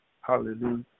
Hallelujah